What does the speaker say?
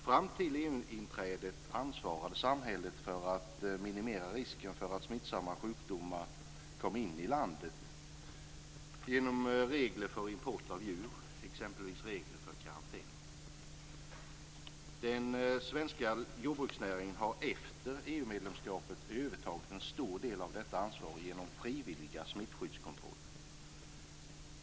Fram till EU-inträdet ansvarade samhället för att minimera risken för att smittsamma sjukdomar kom in i landet genom regler för import av djur och karantän. Den svenska jordbruksnäringen har efter EU medlemskapet övertagit en stor del av detta ansvar genom frivilliga smittskyddskontroller.